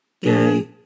Gay